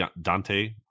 Dante